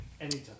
Anytime